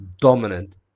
dominant